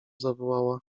zawołała